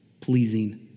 pleasing